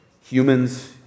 humans